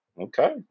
Okay